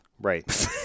right